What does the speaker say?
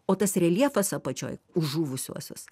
o tas reljefas apačioj žuvusiuosius